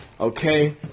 okay